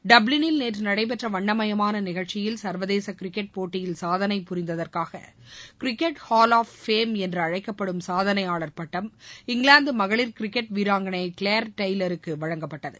டுப்ளிங்கில் நேற்று நடைபெற்ற வண்ணமயமான நிகழ்ச்சியில் சர்வதேச கிரிக்கெட் போட்டியில் சாதனை புரிந்தததிற்காக கிரிக்கெட் ஆல் ஆப் பேம் என்று அழைக்கப்படும் சாதனையாளர் பட்டம் இங்கிலாந்து மகளிர் கிரிக்கெட் வீராங்கனை கிளார்ட் டிரெயிலருக்கு வழங்கப்பட்டது